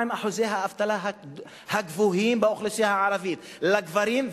מה עם אחוזי האבטלה הגבוהים באוכלוסייה הערבית לגברים,